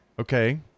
Okay